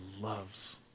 loves